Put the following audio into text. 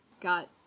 got